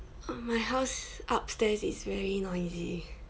oh my house upstairs is very noisy